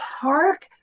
park